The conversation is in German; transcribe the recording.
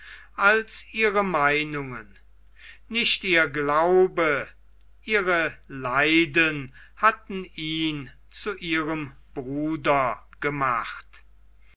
als ihre meinungen nicht ihr glaube ihre leiden hatten ihn zu ihrem bruder gemacht